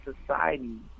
society